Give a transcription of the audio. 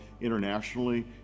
internationally